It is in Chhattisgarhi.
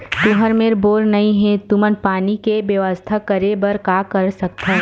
तुहर मेर बोर नइ हे तुमन पानी के बेवस्था करेबर का कर सकथव?